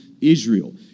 Israel